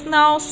now